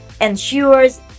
ensures